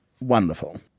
wonderful